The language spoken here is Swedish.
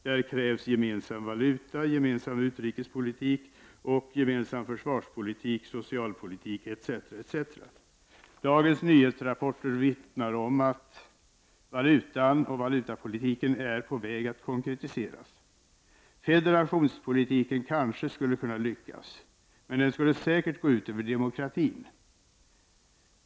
Där krävs gemensam valuta, gemensam utrikespolitik, gemensam försvarspolitik, socialpolitik etc. Dagens nyhetsrapporter vittnar om att den gemensamma valutan och valutapolitiken är på väg att konkretiseras. Federationspolitiken skulle kanske kunna lyckas, men den skulle säkert gå ut över demokratin.